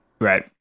right